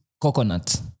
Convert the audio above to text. coconut